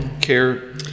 care